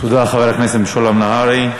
תודה, חבר הכנסת משולם נהרי.